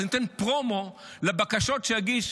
אני נותן פרומו לבקשות שיגיש